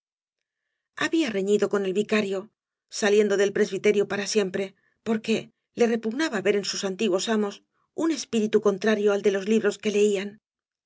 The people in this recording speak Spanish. había reñido con el vicario saliendo del presbiterio para siempre porque le repugnaba ver en bus antiguos amos un espíritu contrario al de los libros que leían